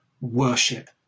worship